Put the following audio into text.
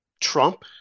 Trump